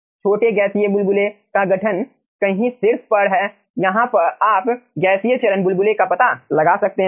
छोटे गैसीय बुलबुले का गठन कहीं शीर्ष पर है यहाँ आप गैसीय चरण बुलबुले का पता लगा सकते हैं